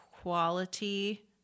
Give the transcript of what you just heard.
quality